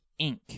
Inc